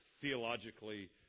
theologically